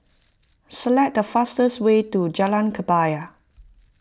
select the fastest way to Jalan Kebaya